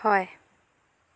হয়